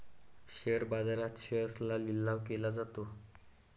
share बाजारात शेअर्सचा लिलाव केला जातो